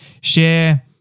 share